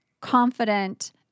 confident